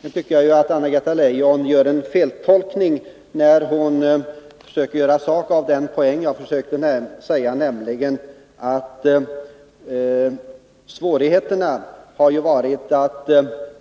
Jag tycker att Anna-Greta Leijon gör en feltolkning, när hon försöker göra sak av mitt påstående att svårigheterna varit att